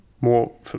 more